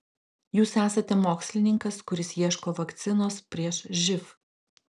jūs esate mokslininkas kuris ieško vakcinos prieš živ